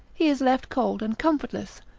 he is left cold and comfortless,